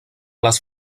les